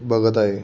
बघत आहे